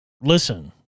listen